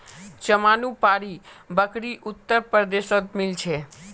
जमानुपारी बकरी उत्तर प्रदेशत मिल छे